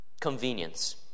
convenience